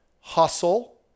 hustle